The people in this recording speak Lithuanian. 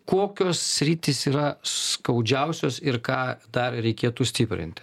kokios sritys yra skaudžiausios ir ką dar reikėtų stiprinti